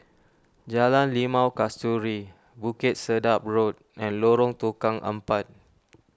Jalan Limau Kasturi Bukit Sedap Road and Lorong Tukang Empat